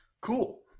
cool